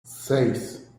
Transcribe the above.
seis